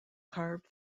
carved